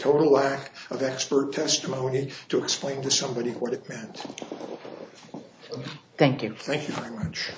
total lack of expert testimony to explain to somebody what it meant thank you thank you very much